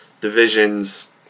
divisions